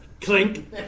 clink